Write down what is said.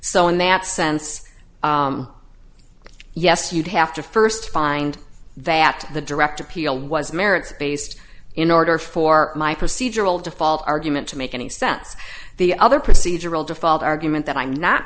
so in that sense yes you'd have to first find that the direct appeal was merits based in order for my procedural default argument to make any sense the other procedural default argument that i'm not